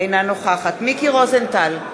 אינה נוכחת מיקי רוזנטל,